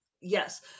Yes